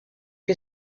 que